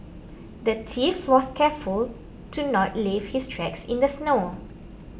the thief was careful to not leave his tracks in the snow